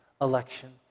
election